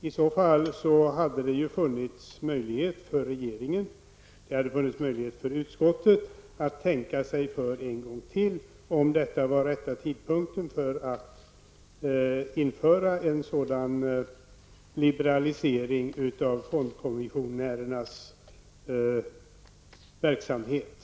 Det hade i så fall funnits möjlighet för regeringen och utskottet att tänka sig för ytterligare en gång om detta var rätt tidpunkt att införa en sådan liberalisering av fondkommissionärernas verksamhet.